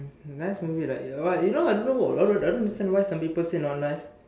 nice movie right you know I don't I don't I don't understand why some people said not nice